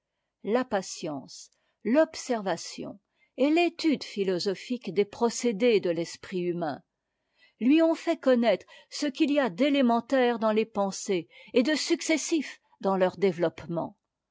la patience l'observation et l'étude philosophique des procédés de l'esprit humain lui ont fait connaître ce qu'il y a d'élémentaire dans les pensées et de successif dans leur développement